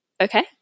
okay